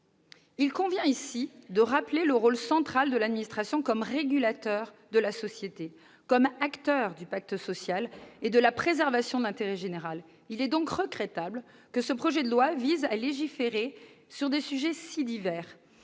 Il convient de rappeler ici le rôle central de l'administration comme régulateur de la société, comme acteur du pacte social et de la préservation de l'intérêt général. Il est donc regrettable que ce projet de loi conduise à légiférer sur des sujets si divers,